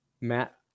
Matt